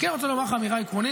אני כן רוצה לומר לך אמירה עקרונית,